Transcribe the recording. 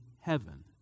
heaven